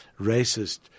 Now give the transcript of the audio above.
racist